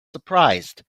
surprised